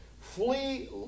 Flee